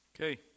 Okay